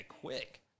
quick